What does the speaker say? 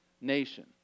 nation